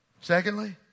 Secondly